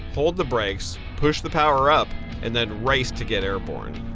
hold the brakes, push the power up and then race to get airborne.